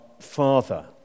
Father